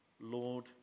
Lord